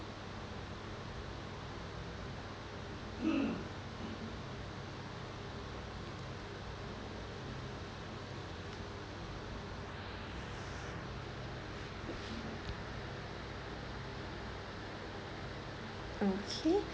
okay